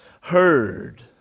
heard